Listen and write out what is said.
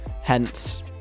hence